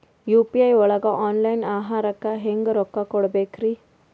UPI ಒಳಗ online ಆಹಾರಕ್ಕೆ ಹೆಂಗ್ ರೊಕ್ಕ ಕೊಡಬೇಕ್ರಿ?